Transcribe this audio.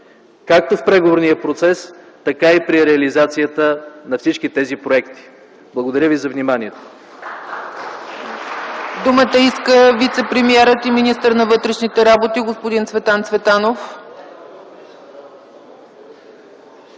както в преговорния процес, така и при реализацията на всички тези проекти. Благодаря ви за вниманието.